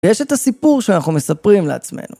יש את הסיפור שאנחנו מספרים לעצמנו.